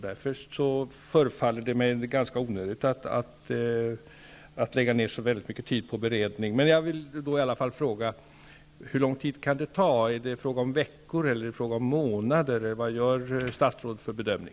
Därför förefaller det mig ganska onödigt att lägga ned så mycket tid på beredning. Men jag vill i alla fall fråga: Hur lång tid kan det ta? Är det fråga om veckor, om månader eller vad gör statsrådet för bedömning?